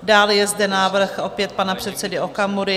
Dále je zde návrh opět pana předsedy Okamury.